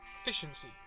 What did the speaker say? Efficiency